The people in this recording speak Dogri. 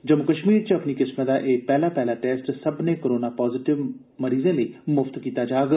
जम्मू कश्मीर च अपनी किस्मै दा एह् पैहला पैहला टेस्ट सब्भनें कोरोना पाजिटिव मरीजें लेई मुफ्त कीता जाग